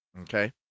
Okay